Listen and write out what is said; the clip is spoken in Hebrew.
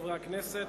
חברי הכנסת,